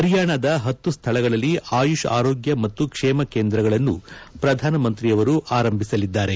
ಪರಿಯಾಣದ ಹತ್ತು ಸ್ಥಳಗಳಲ್ಲಿ ಆಯುಷ್ ಆರೋಗ್ಯ ಮತ್ತು ಕ್ಷೇಮ ಕೇಂದ್ರಗಳನ್ನು ಪ್ರಧಾನಮಂತ್ರಿಯವರು ಆರಂಭಿಸಲಿದ್ದಾರೆ